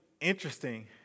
interesting